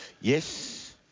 Yes